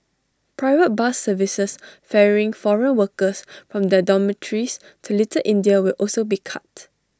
private bus services ferrying foreign workers from their dormitories to little India will also be cut